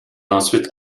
ensuite